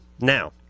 Now